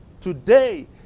today